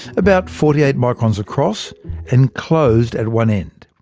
about forty eight microns across and closed at one end.